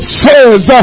says